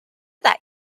that